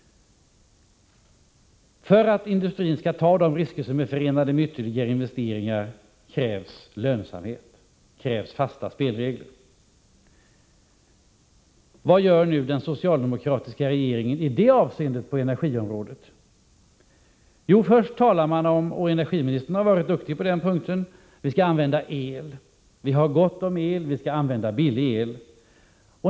För att industrin skall ta de risker som är förenade med ytterligare investeringar krävs lönsamhet och fasta spelregler. Vad gör nu den socialdemokratiska regeringen i det avseendet på energiområdet? Jo, först talar man — och energiministern har varit duktig på den punkten — om att vi skall använda el. Vi har gott om el, och vi skall använda billig el.